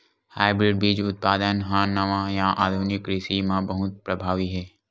hybrid बीज उत्पादन हा नवा या आधुनिक कृषि मा बहुत प्रभावी हे